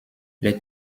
les